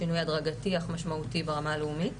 שינוי הדרגתי אך משמעותי ברמה הלאומית.